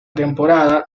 temporada